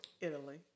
Italy